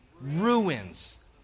ruins